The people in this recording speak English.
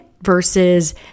Versus